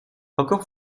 encore